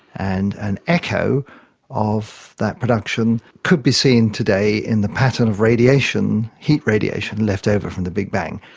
and an echo of that production could be seen today in the pattern of radiation, heat radiation left over from the big bang.